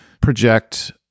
project